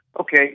Okay